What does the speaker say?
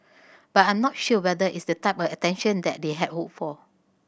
but I'm not sure whether it's the type of attention that they had hoped for